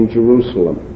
Jerusalem